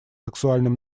сексуальным